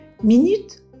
Minute